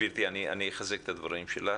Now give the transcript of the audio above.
גברתי, אני אחזק את הדברים שלך.